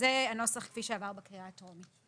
זה הנוסח כפי שעבר בקריאה הטרומית.